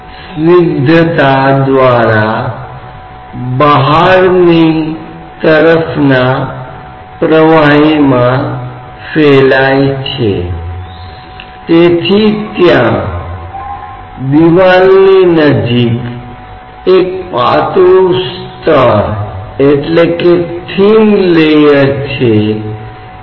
जब आप विपरीत अवस्था में आते हैं तो हम इन अवस्थाओं के बारे में परेशान होते हैं क्योंकि हम केवल x के साथ काम करने वाले बलों की पहचान कर रहे हैं तो हम साम्यवस्था के समीकरण को x के साथ लिखेंगे क्योंकि अन्य अवस्थाओं में बल नहीं हैं